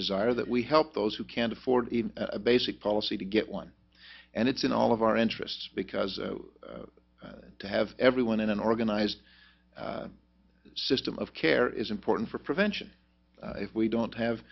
desire that we help those who can't afford even a basic policy to get one and it's in all of our interests because to have everyone in an organized system of care is important for prevention if we don't have